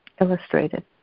illustrated